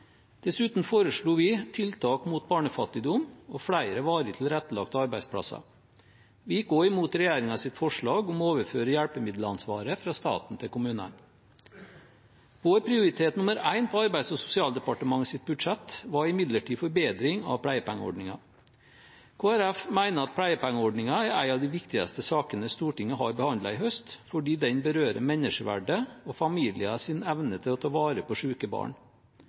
Dessuten foreslo vi tiltak mot barnefattigdom og flere varig tilrettelagte arbeidsplasser. Vi gikk også imot regjeringens forslag om å overføre hjelpemiddelansvaret fra staten til kommunene. Vår prioritet nummer én på Arbeids- og sosialdepartementets budsjett var imidlertid en forbedring av pleiepengeordningen. Kristelig Folkeparti mener at pleiepengeordningen er en av de viktigste sakene Stortinget har behandlet i høst, fordi den berører menneskeverdet og familiers evne til å ta vare på syke barn.